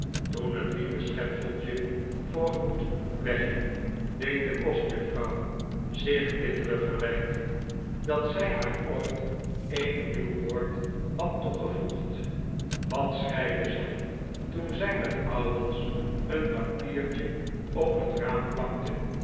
toen het lieve schepseltje voor goed wegging deed de kostjuffrouw zich bittere verwijten dat zij haar ooit een ruw woord had toegevoegd wat schreide zij toen zij met ouwels een papiertje op het raam plakte